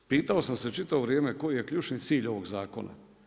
Pitao sam se čitavo vrijeme koji je ključni cilj ovog zakona.